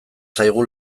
zaigu